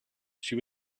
she